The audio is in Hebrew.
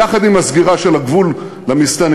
יחד עם הסגירה של הגבול למסתננים,